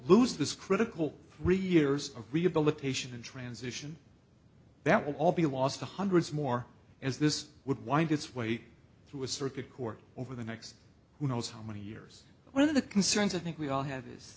lose this critical three years of rehabilitation and transition that will all be lost to hundreds more as this would wind its way through a circuit court over the next who knows how many years one of the concerns of think we all have is